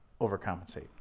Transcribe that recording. overcompensate